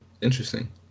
interesting